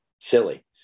silly